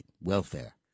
welfare